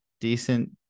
decent